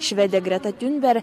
švedė greta tiunber